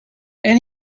and